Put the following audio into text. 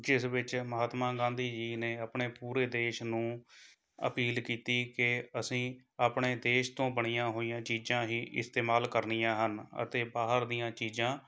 ਜਿਸ ਵਿੱਚ ਮਹਾਤਮਾ ਗਾਂਧੀ ਜੀ ਨੇ ਆਪਣੇ ਪੂਰੇ ਦੇਸ਼ ਨੂੰ ਅਪੀਲ ਕੀਤੀ ਕਿ ਅਸੀਂ ਆਪਣੇ ਦੇਸ਼ ਤੋਂ ਬਣੀਆਂ ਹੋਈਆਂ ਚੀਜ਼ਾਂ ਹੀ ਇਸਤੇਮਾਲ ਕਰਨੀਆਂ ਹਨ ਅਤੇ ਬਾਹਰ ਦੀਆਂ ਚੀਜ਼ਾਂ